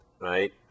right